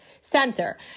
Center